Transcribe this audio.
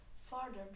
farther